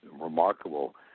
remarkable